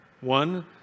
One